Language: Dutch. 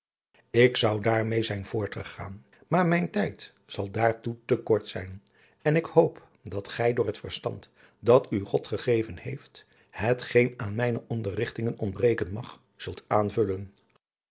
buisman daarmeê zijn voortgegaan maar mijn tijd zal daar toe te kort zijn en ik hoop dat gij door het verstand dat u god gegeven heeft het geen aan mijne onderrigtingen ontbreken mag zult aanvullen